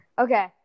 Okay